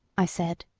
i said,